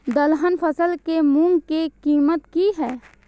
दलहन फसल के मूँग के कीमत की हय?